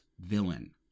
villain